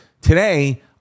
today